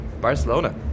Barcelona